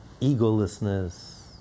egolessness